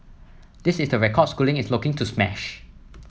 this is the record Schooling is looking to smash